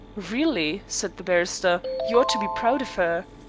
really, said the barrister, you ought to be proud of her.